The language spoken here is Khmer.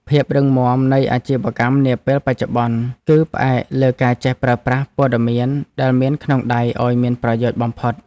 ភាពរឹងមាំនៃអាជីវកម្មនាពេលបច្ចុប្បន្ន គឺផ្អែកលើការចេះប្រើប្រាស់ព័ត៌មានដែលមានក្នុងដៃឱ្យមានប្រយោជន៍បំផុត។